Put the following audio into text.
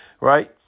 right